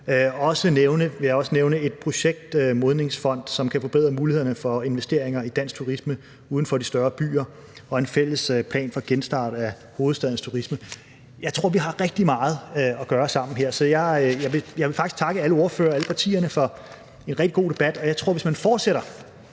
jeg vil også nævne et projekt som Markedsmodningsfonden, som kan forbedre mulighederne for investeringer i dansk turisme uden for de større byer, og en fælles plan for genstart af hovedstadens turisme. Jeg tror, vi har rigtig meget at gøre sammen her, så jeg vil faktisk takke alle ordførerne og alle partierne for en rigtig god debat.